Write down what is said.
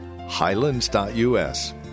highlands.us